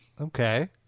Okay